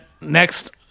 next